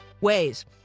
ways